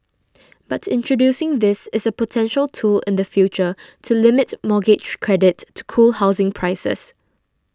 but introducing this is a potential tool in the future to limit mortgage credit to cool housing prices